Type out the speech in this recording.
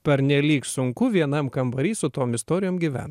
pernelyg sunku vienam kambary su tom istorijom gyvent